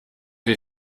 ihr